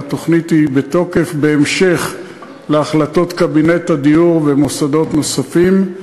והתוכנית היא בתוקף בהמשך להחלטות קבינט הדיור ומוסדות נוספים.